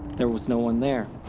there was no one there.